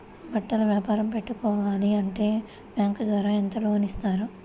బట్టలు వ్యాపారం పెట్టుకోవాలి అంటే బ్యాంకు ద్వారా ఎంత లోన్ ఇస్తారు?